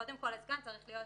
קודם כול צריכה להיות